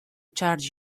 charge